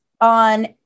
on